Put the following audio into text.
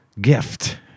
gift